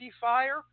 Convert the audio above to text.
Fire